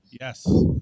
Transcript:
Yes